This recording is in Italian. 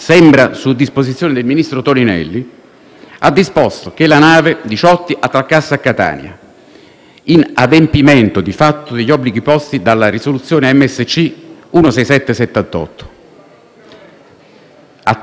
in adempimento, di fatto, degli obblighi posti dalla risoluzione MSC 167(78). A tale decisione rispose il ministro Salvini con uno dei tanti provvedimenti *social*,